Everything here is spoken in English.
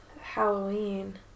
Halloween